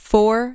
Four